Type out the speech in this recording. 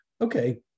Okay